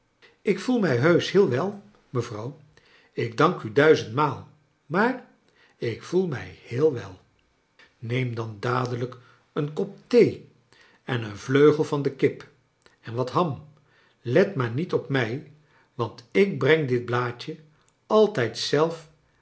ik voel mij heusch heel wel f mevrouw ik dank u duizendmaal maar ik voel mij heel wel neem dan dadelijk een kop thee en een vleugel van de kip en wat ham let maar niet op mij want ik breng dit blaadje altijd zelf